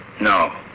No